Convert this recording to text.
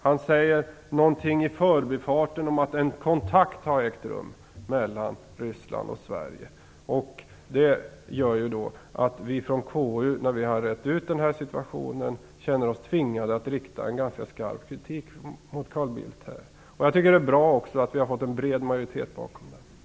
Han säger någonting i förbifarten om att en kontakt har ägt rum mellan Ryssland och Sverige. Det gör att vi från KU, när vi rett ut den här situationen, känner oss tvingade att rikta en ganska skarp kritik mot Carl Bildt i denna fråga. Jag tycker också att det är bra att vi har fått en bred majoritet bakom den kritiken.